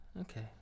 Okay